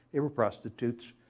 they were prostitutes,